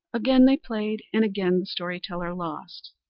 again they played, and again the story-teller lost.